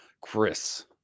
Chris